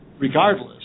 Regardless